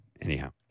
Anyhow